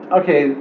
okay